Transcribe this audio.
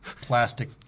plastic